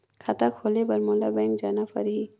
खाता खोले बर मोला बैंक जाना परही?